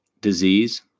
disease